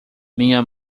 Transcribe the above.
minha